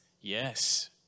Yes